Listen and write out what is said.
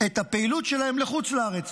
את הפעילות שלהם לחוץ לארץ,